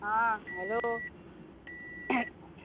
आं हॅलो